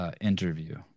interview